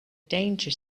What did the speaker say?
danger